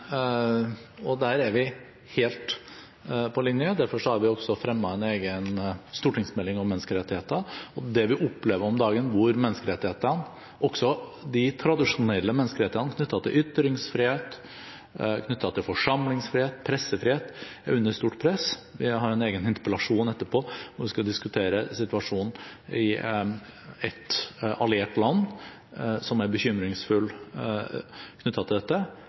Absolutt! Der er vi helt på linje. Derfor har vi også fremmet en egen stortingsmelding om menneskerettigheter. Det vi opplever om dagen, hvor menneskerettighetene, også de tradisjonelle menneskerettighetene knyttet til ytringsfrihet, forsamlingsfrihet og pressefrihet, er under stort press – vi har en egen interpellasjon etterpå hvor vi skal diskutere situasjonen i et alliert land, som er bekymringsfull knyttet til dette